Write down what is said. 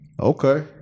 Okay